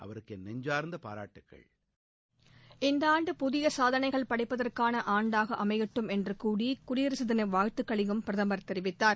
அவருக்கு நெஞ்சார்ந்த பாராட்டுகள் இந்த ஆண்டு புதிய சாதனைகள் படைப்பதற்கான ஆண்டாக அமையட்டும் என்று கூறி குடியரசு தின வாழ்த்துக்களையும் பிரதமர் தெரிவித்தார்